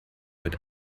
mit